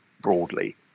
broadly